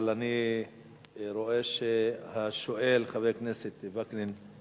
אבל אני רואה שהשואל, חבר הכנסת וקנין,